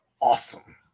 awesome